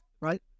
Right